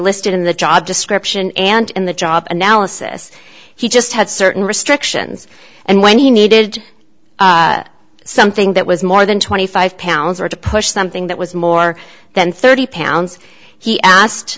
listed in the job description and in the job analysis he just had certain restrictions and when he needed something that was more than twenty five pounds or to push something that was more than thirty pounds he asked